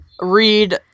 read